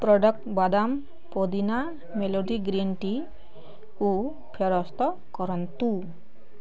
product ବାଦାମ ପୋଦିନା Melody green ଟିକୁ ଫେରସ୍ତ କରନ୍ତୁ